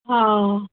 हा